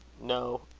no.